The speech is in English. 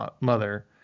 mother